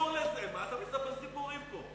אתם נתתם אישור לזה, מה אתה מספר סיפורים פה?